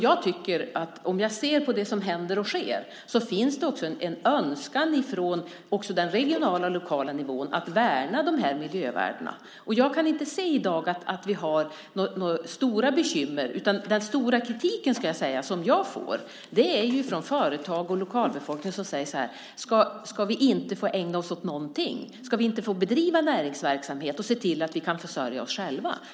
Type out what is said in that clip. Ser jag på det som händer och sker finns det också en önskan från den regionala och lokala nivån att värna miljövärdena. Jag kan inte se att vi i dag har några stora bekymmer. Mest kritik får jag från företag och lokalbefolkning som säger: Ska vi inte få ägna oss åt någonting? Ska vi inte få bedriva näringsverksamhet och se till att vi kan försörja oss själva?